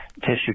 tissue